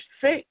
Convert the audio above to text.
six